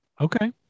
Okay